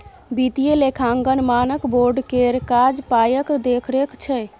वित्तीय लेखांकन मानक बोर्ड केर काज पायक देखरेख छै